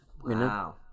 Wow